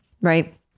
right